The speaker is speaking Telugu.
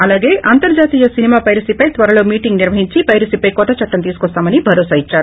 అలాగే అంతర్జాతీయ సినిమా పైరసీపై త్వరలోసే మీటింగ్ నిర్వహించి పైరసీపై కొత్త చట్టం తీసుకొస్తామని భరోసా ఇచ్చారు